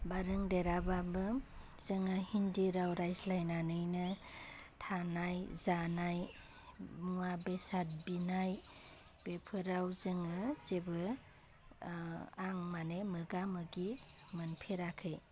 बा रोंदेराबाबो जोङो हिन्दी राव रायज्लायनानैनो थानाय जानाय मुवा बेसाद बिनाय बेफोराव जोङो जेबो आं मानि मोगा मोगि मोनफेराखै